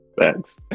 Thanks